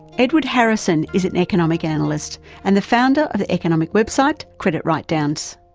edward harrison is an economic analyst and the founder of economic website credit writedowns.